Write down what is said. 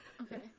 okay